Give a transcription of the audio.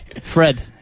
Fred